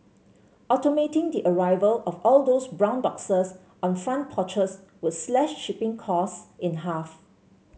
automating the arrival of all those brown boxes on front porches would slash shipping costs in half